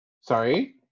Sorry